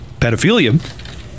pedophilia